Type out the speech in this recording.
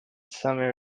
semi